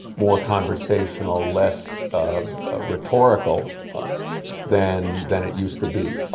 more conversational, less rhetorical than than it used to be.